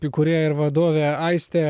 įkūrėja ir vadovė aistė